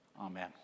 Amen